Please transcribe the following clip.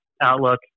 outlook